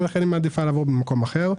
לכן מעדיפה לעבור במקום אחר.